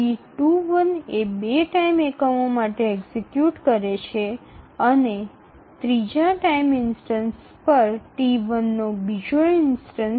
T21 ২ টি ইউনিটের জন্য নির্বাহ করে এবং সেই সময়ে ৩ টি দ্বিতীয় বারের আগমন ঘটে